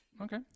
Okay